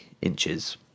inches